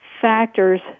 factors